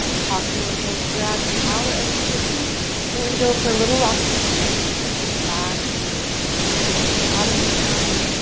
cross the ankles, grab the outer edges of the feet and we're going to go for a little rock and roll back and forth, back and forth, massaging the spine.